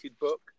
book